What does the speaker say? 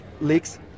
leaks